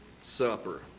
Supper